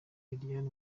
liliane